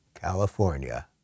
California